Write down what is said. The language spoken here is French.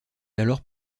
alors